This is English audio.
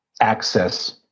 access